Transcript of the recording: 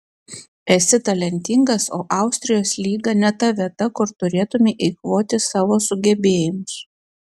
esi talentingas o austrijos lyga ne ta vieta kur turėtumei eikvoti savo sugebėjimus